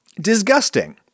disgusting